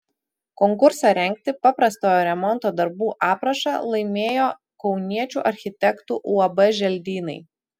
konkursą rengti paprastojo remonto darbų aprašą laimėjo kauniečių architektų uab želdynai